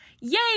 Yay